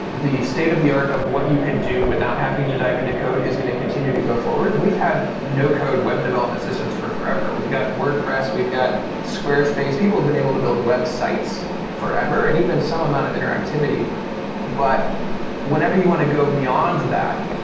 the state of the art of what you can do without having to dive into code is going to continue to go forward. and we've had no code web development systems for forever. we've got wordpress. we've got squarespace. people have been able to build websites forever and even some amount of interactivity but whenever you want to go beyond to that,